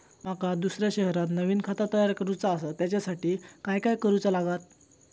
माका दुसऱ्या शहरात नवीन खाता तयार करूचा असा त्याच्यासाठी काय काय करू चा लागात?